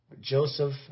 Joseph